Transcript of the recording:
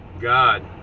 God